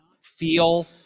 feel